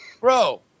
Bro